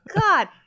god